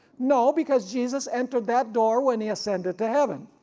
no, because jesus entered that door when he ascended to heaven,